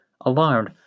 Alarmed